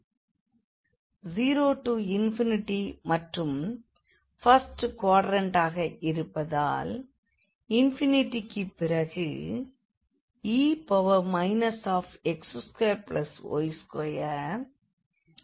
0 விலிருந்து க்கு ஃபர்ஸ்ட் குவாட்ரன்ட்டாக இருப்பதால் க்கும் பிறகு e x2y2dxdy